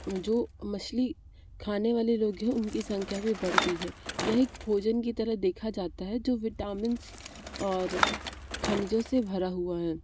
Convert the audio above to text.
जो मछली खाने वाले लोग हैं उनकी संख्या भी बढ़ गई है यह एक भोजन की तरह देखा जाता है जो विटामिन्स और खनिजों से भरा हुआ है